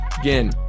Again